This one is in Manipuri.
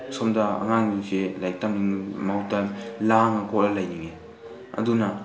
ꯁꯣꯝꯗ ꯑꯉꯥꯡꯁꯤꯡꯁꯤ ꯂꯥꯏꯔꯤꯛ ꯇꯝꯅꯤꯡꯕꯩ ꯃꯍꯨꯠꯇ ꯂꯥꯡꯉ ꯈꯣꯠꯂ ꯂꯩꯉꯤꯡꯉꯦ ꯑꯗꯨꯅ